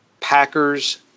Packers